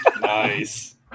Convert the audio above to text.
Nice